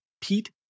Pete